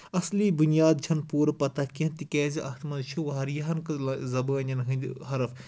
اَصلی بُنیاد چھےٚ نہٕ پوٗرٕ پَتہ کیٚنٛہہ تِکیازِ اَتھ منٛز چھُ واریاہَن زَبانن ہنٛدۍ حرف